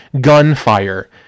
gunfire